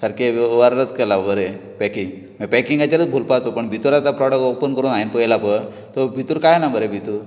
सारके वेवर्रात केला बरें पॅकींग हे पॅकींगाचेरुच भुलपाचो पूण भितर आशिल्लो प्रॉडक्ट ओपन करून हांयेन पळयला पय तो भितूर कांय ना मरे भितूर